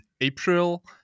april